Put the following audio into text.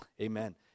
amen